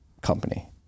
company